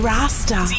Rasta